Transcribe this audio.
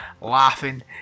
laughing